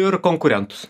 ir konkurentus